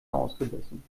ausgebissen